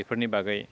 बेफोरनि बागै